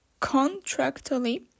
contractually